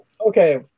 Okay